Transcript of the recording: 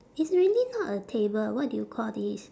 it's really not a table what do you call this